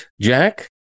Jack